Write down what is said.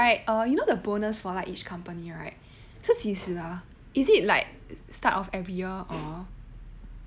ya by the way you right err you know the bonus for like each company right 是几十 ah is it like the start of every year or